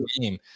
game